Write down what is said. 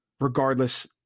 Regardless